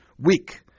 weak